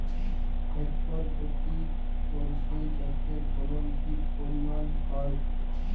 Hectare প্রতি সর্ষে চাষের ফলন কি পরিমাণ হয়?